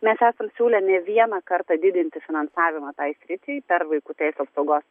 mes esam siūlę ne vieną kartą didinti finansavimą tai sričiai per vaikų teisių apsaugos